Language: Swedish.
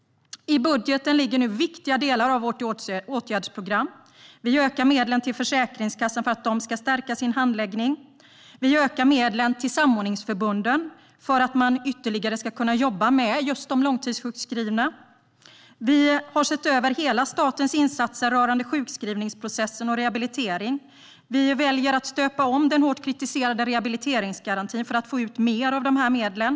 I budgeten ligger nu viktiga delar av vårt åtgärdsprogram. Vi ökar medlen till Försäkringskassan för att förstärka deras handläggning. Vi ökar medlen till samordningsförbunden för att de ytterligare ska kunna jobba med just de långtidssjukskrivna. Vi har sett över alla statens insatser rörande sjukskrivningsprocessen och rehabilitering. Vi väljer att stöpa om den hårt kritiserade rehabiliteringsgarantin för att få ut mer av dessa medel.